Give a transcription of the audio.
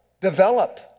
develop